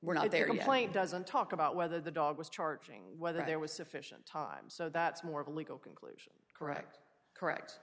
were not their complaint doesn't talk about whether the dog was charging whether there was sufficient time so that's more of a legal conclusion correct correct